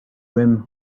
rim